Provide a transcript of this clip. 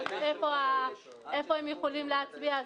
איפה הם יכולים להצביע.